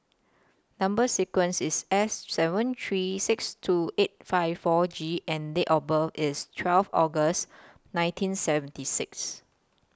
Number sequence IS S seven three six two eight five four G and Date of birth IS twelve August nineteen seventy six